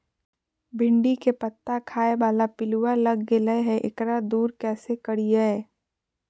भिंडी के पत्ता खाए बाला पिलुवा लग गेलै हैं, एकरा दूर कैसे करियय?